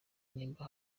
nimba